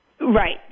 Right